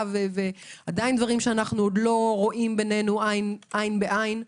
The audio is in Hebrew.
ודברים שאיננו רואים עין בעין עדיין.